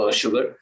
sugar